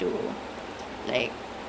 mm ya